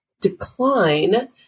decline